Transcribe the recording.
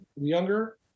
younger